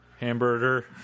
Hamburger